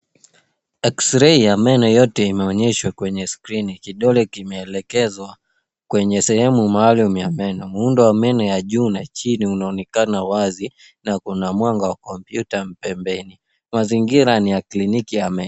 X-ray ya meno yote imeonyeshwa kwenye skrini. Kidole kimeelekezwa kwenye sehemu maalum ya meno. Muundo wa meno ya juu na ya chini unaonekana wazi na kuna mwanga wa kompyuta pembeni. Mazingira ni ya kliniki ya meno.